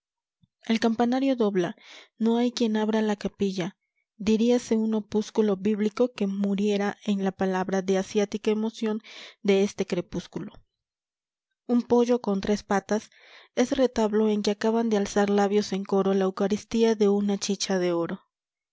el campanario dobla no hay quien abra la capilla diriase un opúsculo bíblico que muriera en la palabra de asiática emoción de este crepúsculo un poyo con tres potos es retablo en que acacaban de alzar labios en coro la eucaristía de una chicha de oro